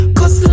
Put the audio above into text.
Cause